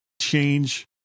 change